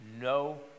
no